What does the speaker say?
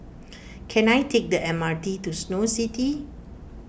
can I take the M R T to Snow City